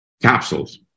capsules